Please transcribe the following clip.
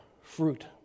fruit